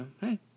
hey